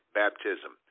baptism